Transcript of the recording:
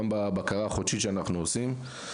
גם בבקרה החודשית שאנחנו עושים.